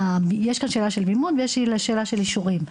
יש כאן שאלה של מימון, ויש שאלה של אישורים.